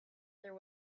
there